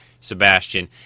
Sebastian